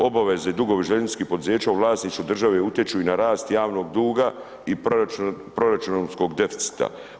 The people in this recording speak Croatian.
Obaveze i dugovi željezničkih poduzeća u vlasništvu državne utječu i na rast javnog duga i proračunskog deficita.